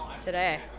today